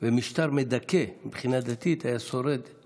ומשטר מדכא מבחינה דתית היו שורדות